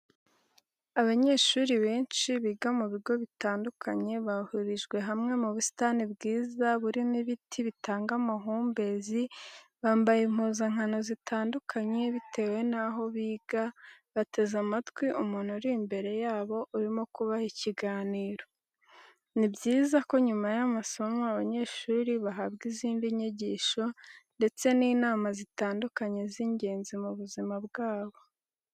Abanyeshuri benshi biga mu bigo bitandukanye bahurijwe hamwe mu busitani bwiza burimo ibiti bitanga amahumbezi, bambaye impuzankano zitandukanye bitewe naho biga bateze amatwi umuntu uri imbere yabo urimo kubaha ikiganiro. Ni byiza ko nyuma y'amasomo abanyeshuri bahabwa izindi nyigisho ndetse n'inama zitandukanye z'ingenzi mu buzima bwabo.